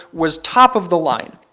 was top of the line.